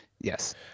Yes